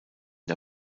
der